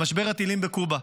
במשבר הטילים בקובה.